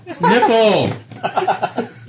Nipple